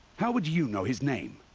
how would you know his name?